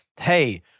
Hey